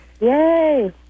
Yay